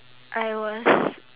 I was